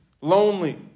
lonely